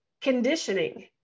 conditioning